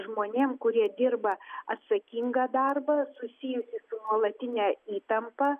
žmonėm kurie dirba atsakingą darbą susijusį su nuolatine įtampa